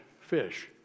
fish